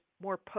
more